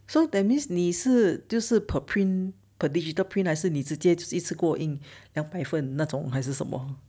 so that means 你是就是 per print per digital print 还是你直接就一次过印两百分那种还是什么